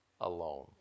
alone